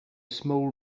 small